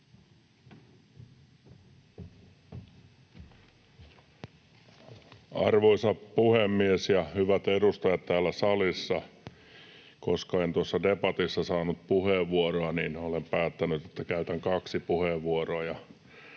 Arvoisa puhemies ja hyvät edustajat täällä salissa! Koska en tuossa debatissa saanut puheenvuoroa, niin olen päättänyt, että käytän kaksi puheenvuoroa,